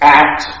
act